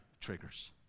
triggers